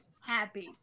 happy